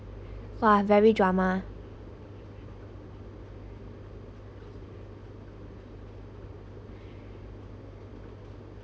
!wah! very drama